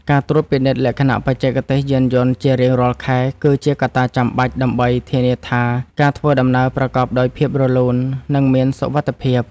ការត្រួតពិនិត្យលក្ខណៈបច្ចេកទេសយានយន្តជារៀងរាល់ខែ គឺជាកត្តាចាំបាច់ ដើម្បីធានាថាការធ្វើដំណើរប្រកបដោយភាពរលូន និងមានសុវត្ថិភាព។